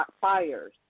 fires